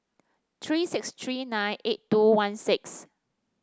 three six three nine eight two one six